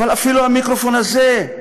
אבל אפילו המיקרופון הזה,